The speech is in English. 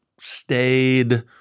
stayed